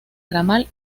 ramal